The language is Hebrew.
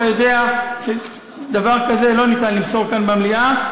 אתה יודע שדבר כזה לא ניתן למסור כאן במליאה,